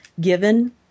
given